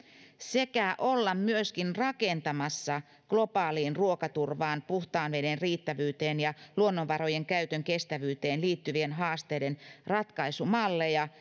sekä olla myöskin rakentamassa globaaliin ruokaturvaan puhtaan veden riittävyyteen ja luonnonvarojen käytön kestävyyteen liittyvien haasteiden ratkaisumalleja